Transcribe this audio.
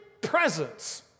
presence